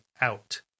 out